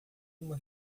uma